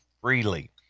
freely